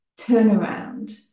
turnaround